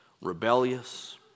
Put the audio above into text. rebellious